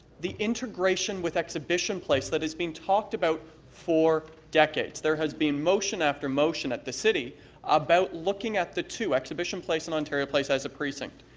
the integration with exhibition place that is being talked about for decades. there has been motion after motion at the city about looking at the two exhibition place and ontario place as a precinct.